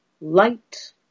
light